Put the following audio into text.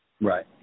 Right